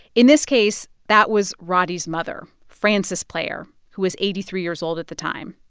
in this case, that was roddey's mother, frances player, who was eighty three years old at the time.